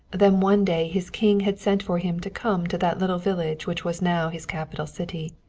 then one day his king had sent for him to come to that little village which was now his capital city.